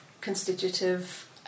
constitutive